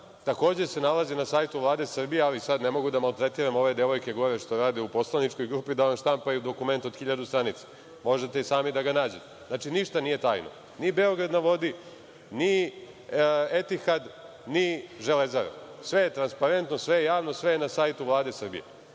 takođe se nalaze na sajtu Vlade Srbije, ali sada ne mogu da maltretiram ove devojke gore što rade u poslaničkoj grupi da vam štampaju dokument od hiljadu stranica. Možete i sami da ga nađete. Znači, ništa nije tajno, ni „Beograd na vodi“, ni „Etihad“, ni „Železara“. Sve je transparentno, sve je javno, sve je na sajtu Vlade Srbije. Sada,